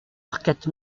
quatre